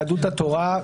יהדות התורה,